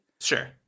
Sure